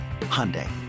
Hyundai